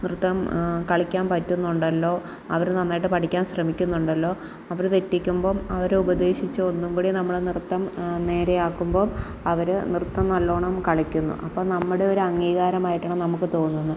നൃത്തം കളിക്കാൻ പറ്റുന്നുണ്ടല്ലോ അവര് നന്നായിട്ട് പഠിക്കാൻ ശ്രമിക്കുന്നുണ്ടല്ലോ അവര് തെറ്റിക്കുമ്പം അവരെ ഉപദേശിച്ചൊന്നും കൂടി നമ്മള് നൃത്തം ആ നേരെയാക്കുമ്പം അവര് നൃത്തം നല്ലോണം കളിക്കുന്നു അപ്പം നമ്മുടെ അംഗീകാരം ആയിട്ട് നമുക്ക് തോന്നുന്നത്